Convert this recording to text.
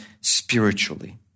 spiritually